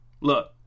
Look